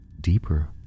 Deeper